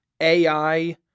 AI